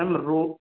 ma'am